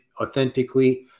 authentically